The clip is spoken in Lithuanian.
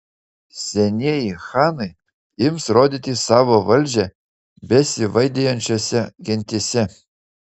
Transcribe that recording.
senieji chanai ims rodyti savo valdžią besivaidijančiose gentyse